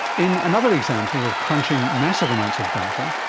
in another example of crunching massive amounts of data,